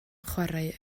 chwarae